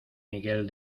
miguel